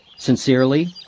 sincerely,